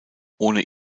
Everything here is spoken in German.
ohne